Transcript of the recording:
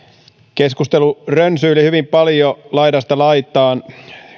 keskustelu rönsyili hyvin paljon laidasta laitaan